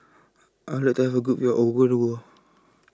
I Would like to Have A Good View of Ouagadougou